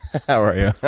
how are you?